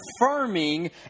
confirming